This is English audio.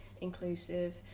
inclusive